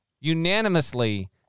unanimously